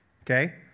Okay